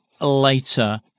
later